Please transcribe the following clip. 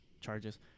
charges